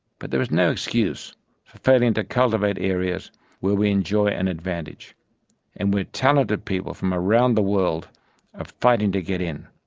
but there is no excuse for failing to cultivate areas where we enjoy an advantage and where talented people from around the world are fighting to get in.